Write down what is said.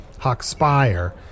Hawkspire